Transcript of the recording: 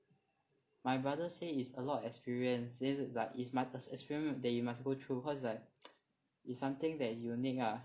my brother say is a lot of experience says is like my experience that you must go through cause it's like something that you will need lah